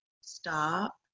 stop